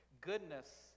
Goodness